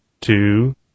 two